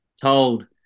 told